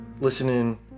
listening